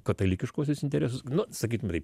katalikiškuosius interesus nu sakytume taip